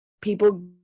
people